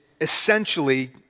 essentially